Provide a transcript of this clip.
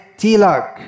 tilak